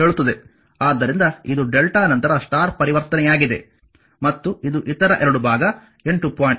ಆದ್ದರಿಂದ ಇದು ಡೆಲ್ಟಾ ನಂತರ ಸ್ಟಾರ್ ಪರಿವರ್ತನೆಯಾಗಿದೆ ಮತ್ತು ಇದು ಇತರ ಎರಡು ಭಾಗ 8